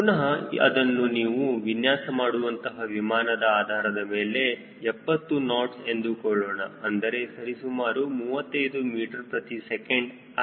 ಪುನಹ ಅದನ್ನು ನೀವು ವಿನ್ಯಾಸ ಮಾಡುವಂತಹ ವಿಮಾನದ ಆಧಾರದ ಮೇಲೆ 70 ನಾಟ್ಸ್ ಎಂದುಕೊಳ್ಳೋಣ ಅಂದರೆ ಸರಿಸುಮಾರು 35 ಮೀಟರ್ ಪ್ರತಿ ಸೆಕೆಂಡ್ ಆಗಿರುತ್ತದೆ